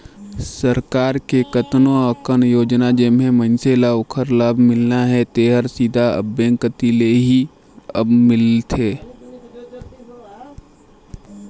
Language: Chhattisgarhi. सरकार के कतनो अकन योजना जेम्हें मइनसे ल ओखर लाभ मिलना हे तेहर सीधा अब बेंक कति ले ही अब मिलथे